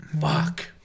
Fuck